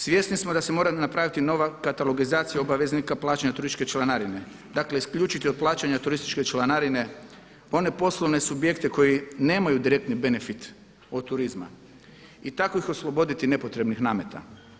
Svjesni smo da se mora napraviti nova katalogizacija obaveznika plaćanja turističke članarine, dakle isključiti od plaćanja turističke članarine one poslovne subjekte koji nemaju direktni benefit od turizma i tako ih osloboditi nepotrebnih nameta.